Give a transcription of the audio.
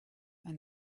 and